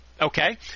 okay